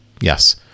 yes